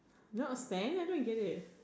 don't understand I thought you get it